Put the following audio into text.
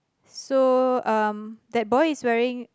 so um that boy is wearing